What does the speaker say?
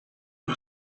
who